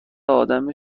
آدم